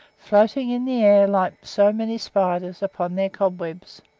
floating in the air like so many spiders upon their cobwebs.